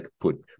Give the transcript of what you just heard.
put